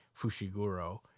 Fushiguro